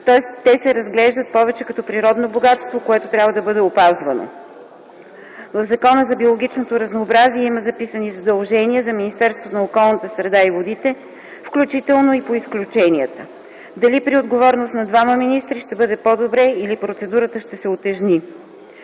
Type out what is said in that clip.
среда те се разглеждат повече като природно богатство, което трябва да бъде опазвано. В Закона за биологичното разнообразие има записани задължения за Министерството на околната среда, включително и по изключенията. Дали при отговорност на двама министри ще бъде по-добре или процедурата ще се утежни?